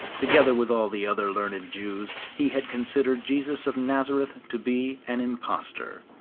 together with all the other learned jews he had considered jesus of nazareth to be an impostor,